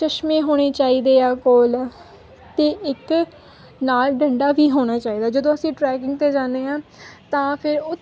ਚਸ਼ਮੇ ਹੋਣੇ ਚਾਹੀਦੇ ਆ ਕੋਲ ਅਤੇ ਇੱਕ ਨਾਲ ਡੰਡਾ ਵੀ ਹੋਣਾ ਚਾਹੀਦਾ ਜਦੋਂ ਅਸੀਂ ਟਰੈਕਿੰਗ 'ਤੇ ਜਾਦੇ ਆ ਤਾਂ ਫਿਰ ਉਹ